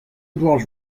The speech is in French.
édouard